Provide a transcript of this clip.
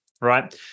Right